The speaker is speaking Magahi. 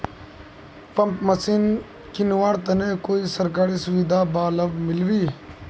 पंप मशीन किनवार तने कोई सरकारी सुविधा बा लव मिल्बी?